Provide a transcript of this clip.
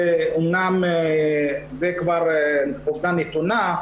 זה אמנם כבר עובדה נתונה,